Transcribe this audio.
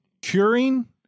curing